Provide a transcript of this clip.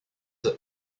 the